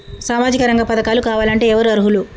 సామాజిక రంగ పథకాలు కావాలంటే ఎవరు అర్హులు?